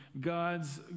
God's